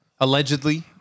Allegedly